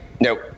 nope